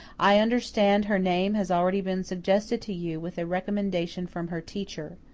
i understand her name has already been suggested to you, with a recommendation from her teacher.